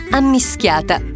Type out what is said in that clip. ammischiata